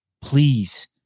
please